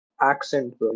accent